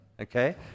okay